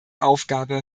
aufgabe